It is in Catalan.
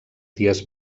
dies